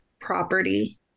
property